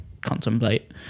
contemplate